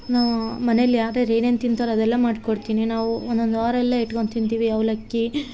ನಾವು ಮನೇಲಿ ಯಾರ್ಯಾರು ಏನೇನು ತಿಂತಾರೋ ಅದೆಲ್ಲ ಮಾಡಿಕೊಡ್ತೀನಿ ನಾವು ಒಂದೊಂದು ವಾರ ಎಲ್ಲ ಇಟ್ಕೊಂಡು ತಿಂತೀವಿ ಅವಲಕ್ಕಿ